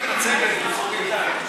במצגת מ"צוק איתן".